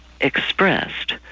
expressed